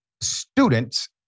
students